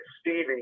Stevie